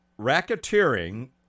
Racketeering